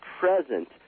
present